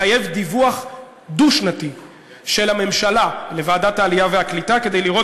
מחייב דיווח דו-שנתי של הממשלה לוועדת העלייה והקליטה כדי לראות